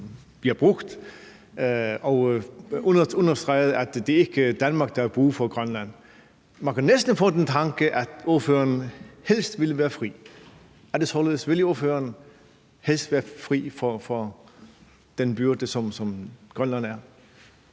bliver brugt, og han understregede, at det ikke er Danmark, der har brug for Grønland. Man kan næsten få den tanke, at ordføreren helst ville være fri. Er det således? Ville ordføreren helst være fri for den byrde, som Grønland er?